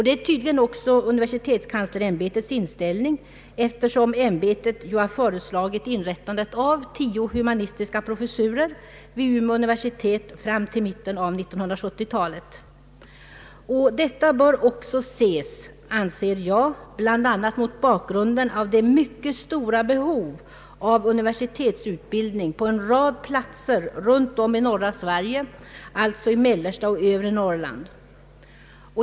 Det är tydligen också universitetskanslersämbetets inställning, eftersom ämbetet ju föreslagit inrättande av tio humanistiska professurer vid Umeå universitet fram till mitten av 1970 talet. Detta bör också ses, anser jag, mot bakgrunden av det mycket stora behov av universitetsutbildning som föreligger på en rad platser runt om i norra Sverige, alitså i mellersta och övre Norrland.